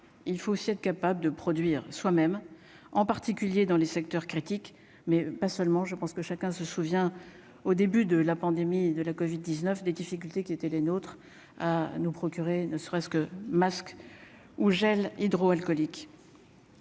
il faut aussi être capable de produire soi-même, en particulier dans les secteurs critiques, mais pas seulement, je pense que chacun se souvient au début de la pandémie de la Covid 19 des difficultés qui étaient les nôtres à nous procurer ne serait-ce que masque ou gels hydro-alcoolique.